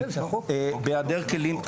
בהעדר כלים.